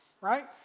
right